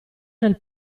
nel